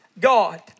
God